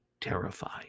terrified